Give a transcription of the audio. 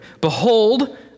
behold